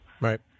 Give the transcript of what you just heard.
Right